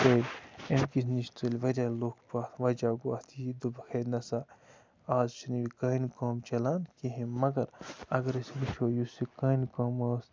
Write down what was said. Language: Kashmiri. گٔے امہِ کہِ نِش ژٔلۍ واریاہ لُکھ پَتھ وَجہہ گوٚو اَتھ یی دوٚپُکھ ہے نَہ سا آز چھِنہٕ یہِ کٕہیٖنۍ کٲم چَلان کِہیٖنۍ مگر اَگر أسۍ وٕچھو یُس یہِ کانہِ کٲم ٲس